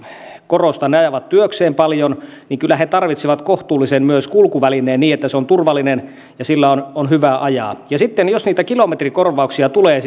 korostan ne jotka ajavat työkseen paljon kyllä tarvitsevat myös kohtuullisen kulkuvälineen niin että se on turvallinen ja sillä on on hyvä ajaa sitten jos niitä kilometrikorvauksia tulee